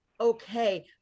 okay